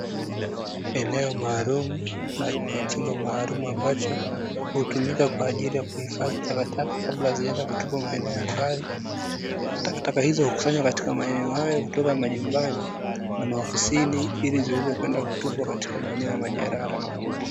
Eneo maalum na chombo maalum ambacho hutumika kwa ajili ya kuhifadhi takataka kabla ya kwenda kutupwa maeneo ya mbali, takataka hizo hukusanywa katika maeno hayo kutoka majumbani na maofisi ili ziende kutupwa katika maeneo ya majalala makubwa.